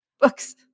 Books